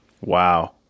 Wow